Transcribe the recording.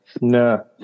No